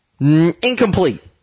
Incomplete